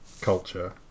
culture